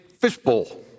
fishbowl